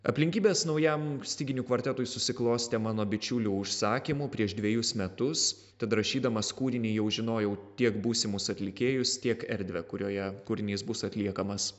aplinkybės naujam styginių kvartetui susiklostė mano bičiulių užsakymu prieš dvejus metus tad rašydamas kūrinį jau žinojau tiek būsimus atlikėjus tiek erdvę kurioje kūrinys bus atliekamas